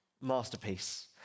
masterpiece